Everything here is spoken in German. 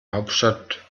hauptstadt